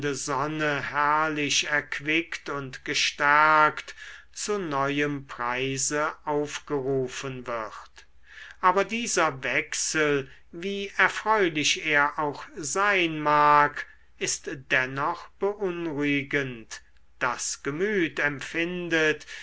herrlich erquickt und gestärkt zu neuem preise aufgerufen wird aber dieser wechsel wie erfreulich er auch sein mag ist dennoch beunruhigend das gemüt empfindet